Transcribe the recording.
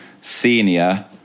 senior